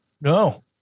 No